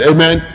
Amen